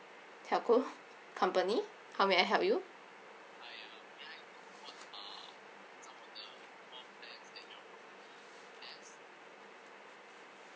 telco company how may I help you